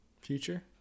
future